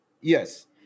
Yes